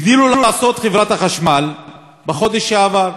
הגדילה לעשות חברת החשמל בחודש שעבר,